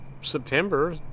September